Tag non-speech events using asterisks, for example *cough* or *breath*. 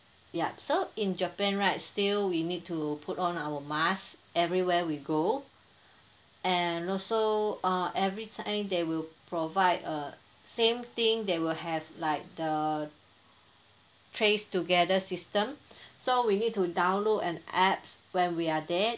yup so in japan right still we need to put on our mask everywhere we go and also uh every time they will provide uh same thing they will have like the trace together system *breath* so we need to download an apps where we are there